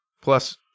Plus